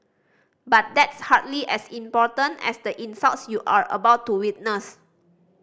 but that's hardly as important as the insults you are about to witness